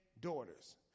daughters